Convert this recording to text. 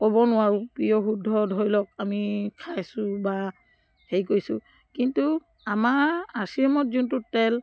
ক'ব নোৱাৰোঁ প্ৰিঅ' শুদ্ধ ধৰি লওক আমি খাইছোঁ বা হেৰি কৰিছোঁ কিন্তু আমাৰ আৰ চি এমত যোনটো তেল